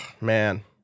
man